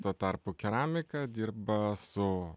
tuo tarpu keramika dirba su